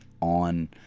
on